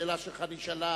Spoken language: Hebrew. השאלה שלך נשאלה